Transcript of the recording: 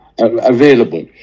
Available